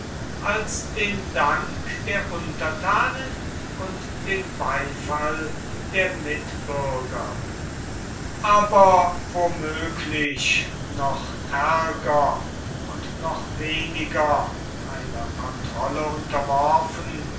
als den dank der untertanen und den beifall der mitbürger aber womöglich noch ärger und noch weniger einer kontrolle unterworfen